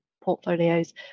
portfolios